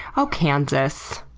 oh, kansas.